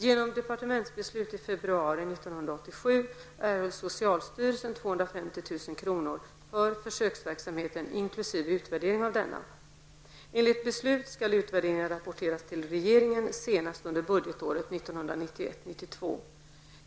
Genom departementsbeslut i februari 1987 erhöll socialstyrelsen 250 000 kr. för försöksverksamheten inkl. utvärdering av denna. Enligt beslut skall utvärderingen rapporteras till regeringen senast under budgetåret 1991/92.